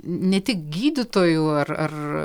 ne tik gydytojų ar ar